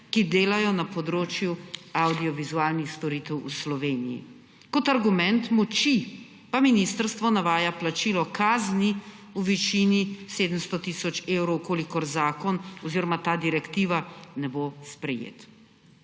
ki delajo na področju avdiovizualnih storitev v Sloveniji. Kot argument moči pa ministrstvo navaja plačilo kazni v višini 700 tisoč evrov, če zakon oziroma ta direktiva ne bo sprejet.